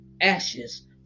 ashes